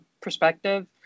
perspective